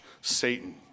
Satan